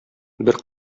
бер